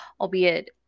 albeit